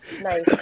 Nice